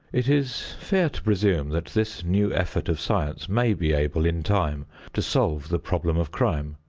it is fair to presume that this new effort of science may be able in time to solve the problem of crime,